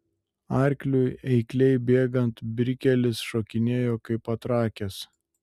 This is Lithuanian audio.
arkliui eikliai bėgant brikelis šokinėjo kaip patrakęs